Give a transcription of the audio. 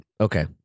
Okay